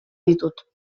ditut